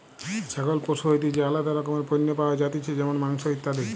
ছাগল পশু হইতে যে আলাদা রকমের পণ্য পাওয়া যাতিছে যেমন মাংস, ইত্যাদি